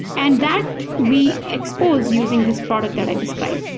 and that we expose using this product that i described.